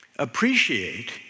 Appreciate